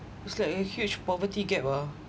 it's like a huge poverty gap ah